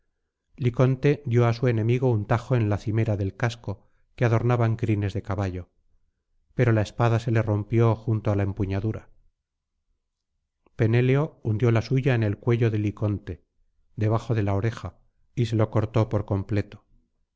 liconte dio á su enemigo un tajo en la cimera del casco que adornaban crines de caballo pero la espada se le rompió junto á la empuñadura penéleo hundió la suya en el cuello de liconte debajo de la oreja y se lo cortó por completo